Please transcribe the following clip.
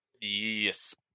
yes